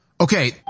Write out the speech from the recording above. Okay